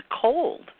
cold